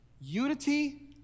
unity